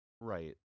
right